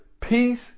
Peace